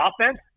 offense